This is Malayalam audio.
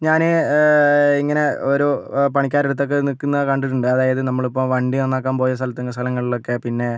ഞാന് ഇങ്ങനെ ഒരോ പണിക്കാരുടെ അടുത്തൊക്കെ നിക്കുന്ന കണ്ടിട്ടുണ്ട് അതായത് നമ്മളിപ്പോൾ വണ്ടി നന്നാക്കാൻ പോയ സ്ഥലത്ത് സ്ഥലങ്ങളിൽ ഒക്കെ പിന്നെ